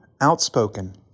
outspoken